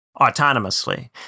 autonomously